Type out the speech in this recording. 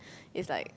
is like